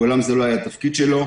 מעולם זה לא היה התפקיד שלו.